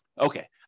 Okay